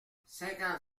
cinquante